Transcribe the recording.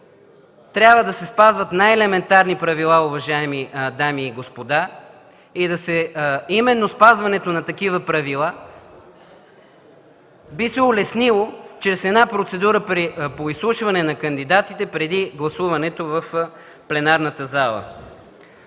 трябва да се спазват най-елементарни правила, уважаеми дами и господа, и именно спазването на такива правила би се улеснило чрез една процедура по изслушване на кандидатите преди гласуването в пленарната зала.